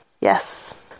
Yes